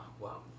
wow